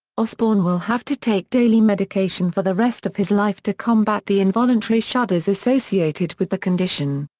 osbourne will have to take daily medication for the rest of his life to combat the involuntary shudders associated with the condition.